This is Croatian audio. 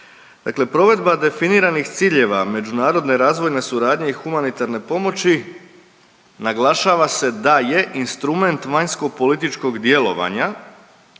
provedba definiranih ciljeva međunarodne razvojne suradnje i humanitarne pomoći naglašava se da je instrument vanjskopolitičkog djelovanja,